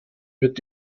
mit